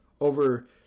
over